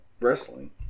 wrestling